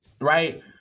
right